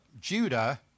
Judah